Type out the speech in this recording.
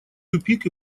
тупик